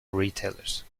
retailers